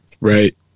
Right